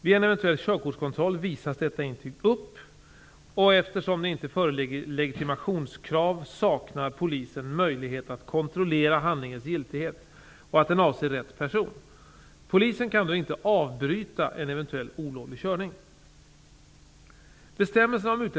Vid en eventuell körkortskontroll visas detta intyg upp, och eftersom det inte föreligger legitimationskrav saknar polisen möjlighet att kontrollera handlingens giltighet och att den avser rätt person. Polisen kan då inte avbryta en eventuell olovlig körning.